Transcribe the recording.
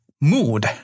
Mood